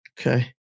Okay